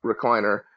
recliner